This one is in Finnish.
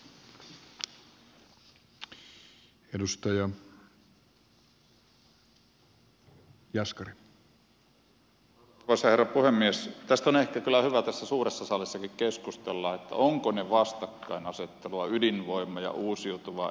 tästä on ehkä kyllä hyvä tässä suuressa salissakin keskustella että ovatko ne vastakkainasettelua ydinvoima ja uusiutuva energia